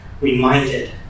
reminded